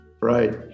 Right